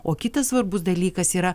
o kitas svarbus dalykas yra